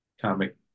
comic